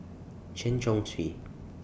Chen Chong Swee